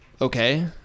okay